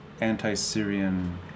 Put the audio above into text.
anti-Syrian